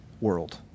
world